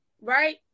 right